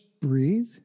breathe